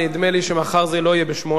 נדמה לי שמחר זה לא יהיה ב-08:00.